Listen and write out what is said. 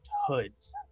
hoods